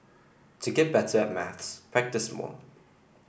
to get better at maths practise more